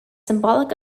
symbolic